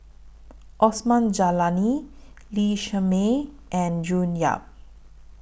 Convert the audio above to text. Osman Zailani Lee Shermay and June Yap